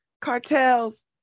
cartels